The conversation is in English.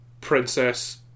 Princess